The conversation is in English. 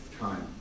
time